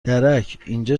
درکاینجا